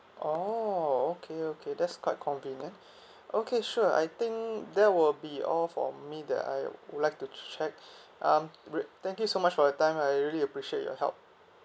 oh okay okay that's quite convenient okay sure I think that will be all for me that I would like to check um great thank you so much for your time I really appreciate your help